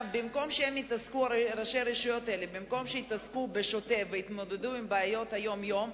במקום שראשי הרשויות האלה יתעסקו בשוטף ויתמודדו עם בעיות היום-יום,